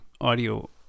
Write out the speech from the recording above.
audio